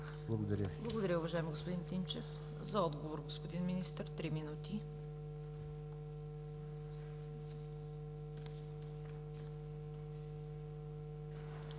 КАРАЯНЧЕВА: Благодаря, уважаеми господин Тимчев. За отговор – господин Министър, три минути.